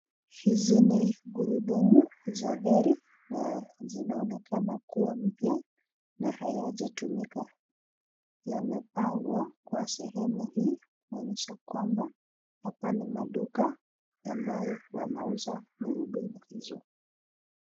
Hizi ni gurudumu za gari na zinaonekana kuwa mpya na hayajatumika yamepangwa kwa sehemu hii kuonyesha kwamba hapa ni maduka ambayo yanauza magurudumu hizo.